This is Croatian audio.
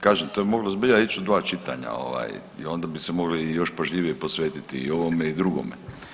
Kažem, to je moglo zbilja ići u dva čitanja i onda bi se mogli još pažljivije posvetiti i ovome i drugome.